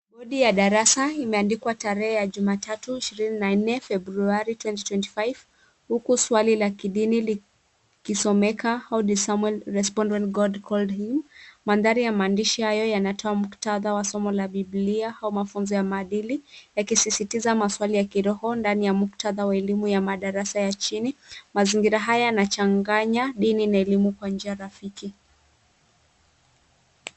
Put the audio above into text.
Bodi ya darasa imeandikwa tarehe ya Jumatatu, ishirine ne nne, Februari twenty twenty five . Huku swali la kidini likisomeka how did Samuel respond when God called him? Mandhari ya maandishi hayo yanatoa muktadha wa somo la Biblia au mafunzo ya maadili, yakisisitiza maswali ya kiroho ndani ya muktadha wa elimu ya madarasa ya chini. Mazingira haya yanachanganya dini na elimu kwa njia rafiki.